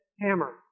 hammer